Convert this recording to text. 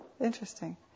Interesting